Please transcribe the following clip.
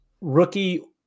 rookie